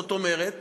זאת אומרת